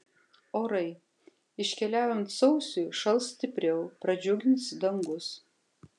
orai iškeliaujant sausiui šals stipriau pradžiugins dangus